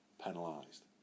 penalised